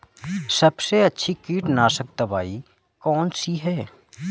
सबसे अच्छी कीटनाशक दवाई कौन सी है?